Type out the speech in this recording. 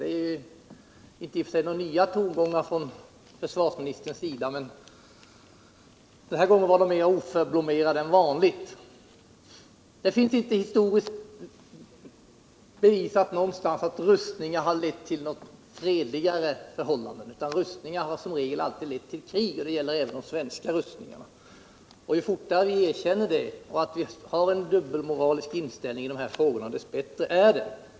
Det är i och för sig inga nya tongångar från försvarsministerns sida. Men den här gången var de mer oförblommerade än vanligt. Det finns inte någonstans historiskt bevisat att rustningar lett till fredligare förhållanden, utan de har som regel alltid lett till krig. Detta gäller även de svenska rustningarna. Ju fortare vi erkänner att vi har en dubbelmoralisk inställning i dessa frågor, desto bättre är det.